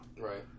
Right